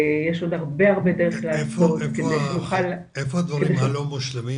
יש עוד הרבה דרך לעשות כדי שנוכל --- איפה הדברים הלא מושלמים,